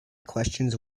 questions